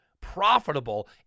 profitable